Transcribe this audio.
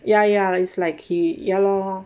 ya ya it's like he ya lor